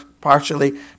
partially